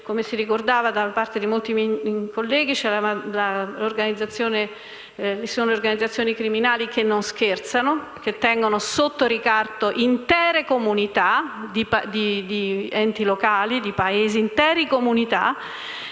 come si ricordava da parte di molti colleghi, vi sono organizzazioni criminali che non scherzano, che tengono sotto ricatto intere comunità, enti locali e paesi, quindi non